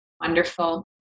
Wonderful